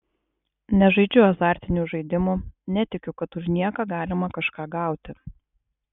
nežaidžiu azartinių žaidimų netikiu kad už nieką galima kažką gauti